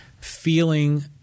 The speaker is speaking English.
feeling